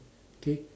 okay